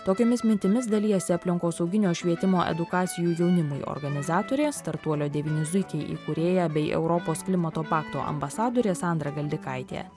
tokiomis mintimis dalijasi aplinkosauginio švietimo edukacijų jaunimui organizatorė startuolio devyni zuikiai įkūrėja bei europos klimato pakto ambasadorė sandra galdikaitė